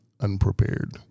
unprepared